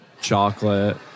Chocolate